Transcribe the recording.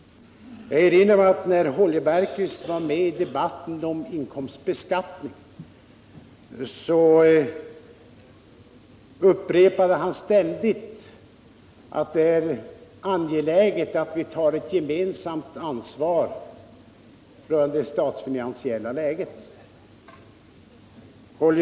Jag erinrar mig att när Holger Bergqvist var med i debatten om inkomstbeskattning, så upprepade han ständigt att det är angeläget att vi tar ett gemensamt ansvar för det statsfinansiella läget.